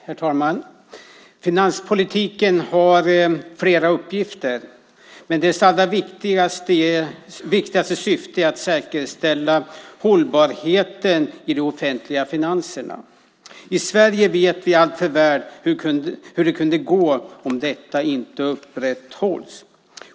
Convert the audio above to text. Herr talman! Finanspolitiken har flera uppgifter, men dess allra viktigaste syfte är att säkerställa hållbarheten i de offentliga finanserna. I Sverige vet vi alltför väl hur det kan gå om detta inte upprätthålls.